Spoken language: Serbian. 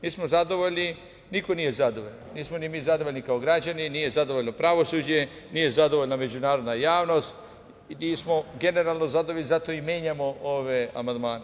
Nismo zadovoljni, niko nije zadovoljan, nismo ni mi zadovoljni kao građani, nije zadovoljno pravosuđe, nije zadovoljna međunarodna javnost, nismo generalno zadovoljni i zato i menjamo ove amandmane.